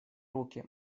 руки